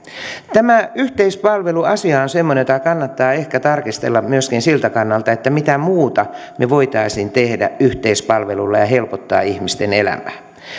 tämä yhteispalveluasia on semmoinen jota kannattaa ehkä tarkistella myöskin siltä kannalta mitä muuta me voisimme tehdä yhteispalvelulla ja helpottaa ihmisten elämää